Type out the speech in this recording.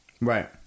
right